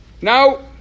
Now